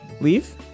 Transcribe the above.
leave